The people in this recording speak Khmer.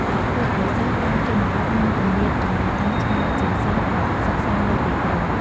ដែលធ្វើឲ្យសិស្សតាមជនបទមានគម្លាតចំណេះដឹងឆ្ងាយជាងសិស្សដែលសិក្សានៅទីក្រុង។